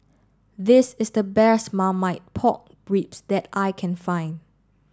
this is the best Marmite Pork Ribs that I can find